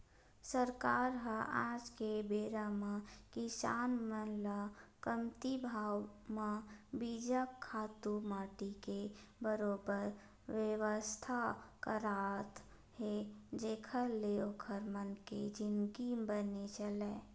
सरकार ह आज के बेरा म किसान मन ल कमती भाव म बीजा, खातू माटी के बरोबर बेवस्था करात हे जेखर ले ओखर मन के जिनगी बने चलय